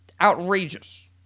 Outrageous